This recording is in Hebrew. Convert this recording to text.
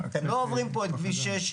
הם לא עוברים פה את כביש 6,